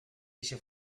eixe